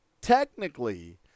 technically